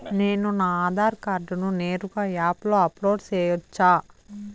నేను నా ఆధార్ కార్డును నేరుగా యాప్ లో అప్లోడ్ సేయొచ్చా?